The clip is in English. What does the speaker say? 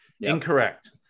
incorrect